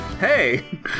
Hey